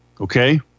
okay